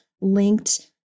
linked